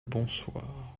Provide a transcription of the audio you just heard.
bonsoir